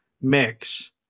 mix